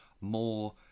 more